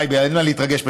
אין מה להתרגש,